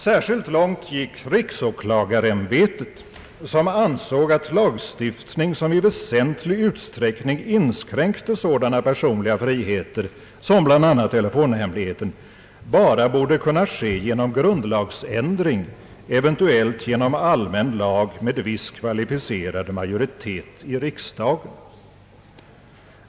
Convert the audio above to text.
Särskilt långt gick riksåklagarämbetet som ansåg att en lagstiftning, som i väsentlig utsträckning inskränkte sådana personliga friheter som bl.a. telefonhemligheten, bara borde kunna införas genom grundlagsändring, eventuellt genom allmän lag som genomförts med viss kvalificerad majoritet i riksdagen.